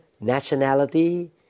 nationality